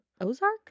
Ozark